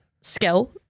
skill